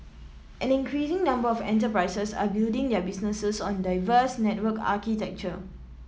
an increasing number of enterprises are building their business on diverse network architecture